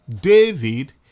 David